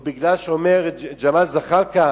או שאומר ג'מאל זחאלקה